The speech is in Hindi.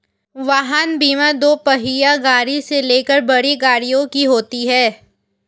वाहन बीमा दोपहिया गाड़ी से लेकर बड़ी गाड़ियों की होती है